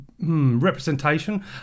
representation